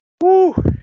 Woo